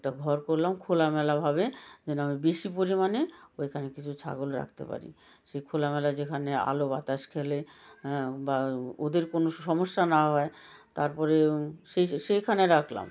একটা ঘর করলাম খোলামেলাভাবে যেন বেশি পরিমাণে ওইখানে কিছু ছাগল রাখতে পারি সেই খোলামেলা যেখানে আলো বাতাস খেলে বা ওদের কোনো সমস্যা না হয় তারপরে সেইখানে রাখলাম